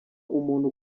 umuntu